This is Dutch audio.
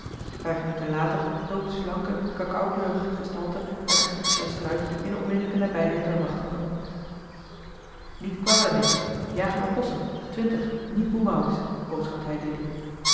vijf minuten later dook de slanke cacaokleurige gestalte uit eene fuchsiastruik in de onmiddellijke nabijheid der wachtenden op niet kwade missa jagen opossum twintig niet boemerangs boodschapte hij dilly